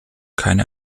keine